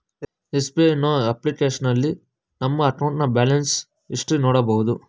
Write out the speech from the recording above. SBI YONO ಅಪ್ಲಿಕೇಶನ್ನಲ್ಲಿ ನಮ್ಮ ಅಕೌಂಟ್ನ ಬ್ಯಾಲೆನ್ಸ್ ಹಿಸ್ಟರಿ ನೋಡಬೋದು